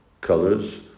colors